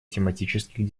тематических